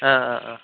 ओ ओ ओ